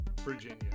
Virginia